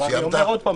אני אומר שוב,